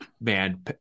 man